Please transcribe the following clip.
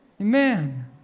Amen